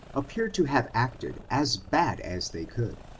appear to have acted as bad as they could,